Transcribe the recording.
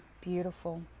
beautiful